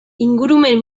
ingurumen